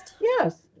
Yes